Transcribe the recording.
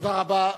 תודה רבה.